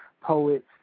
poets